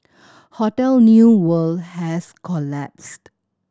hotel New World has collapsed